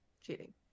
cheating